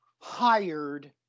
hired